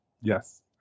Yes